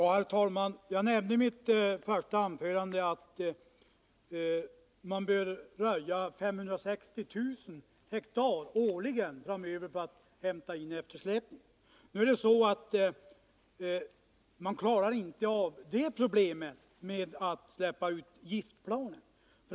Herr talman! Jag nämnde i mitt första anförande att man bör röja 560 000 ha årligen för att hämta in eftersläpningen. Nu klarar man inte av problemet genom att släppa ut giftplan.